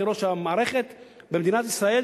כראש המערכת במדינת ישראל,